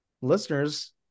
listeners